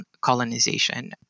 colonization